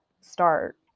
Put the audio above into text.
start